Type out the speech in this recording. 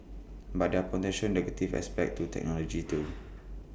but there A potential negative aspect to technology too